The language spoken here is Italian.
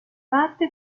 parte